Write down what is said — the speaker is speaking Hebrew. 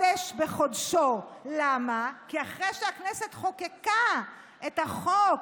לך תבדוק את זה, לך תבדוק.